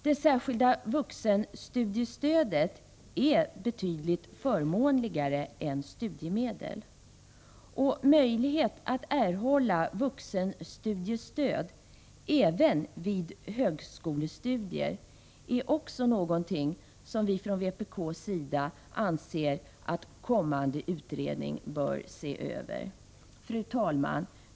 Det särskilda vuxenstudiestödet är betydligt förmånligare än studiemedlen. Möjligheten att erhålla vuxenstudiestöd även vid högskolestudier är någonting som vi från vpk:s sida anser att kommande utredning också bör se över. Fru talman!